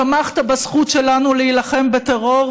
תמכת בזכות שלנו להילחם בטרור,